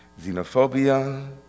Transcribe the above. Xenophobia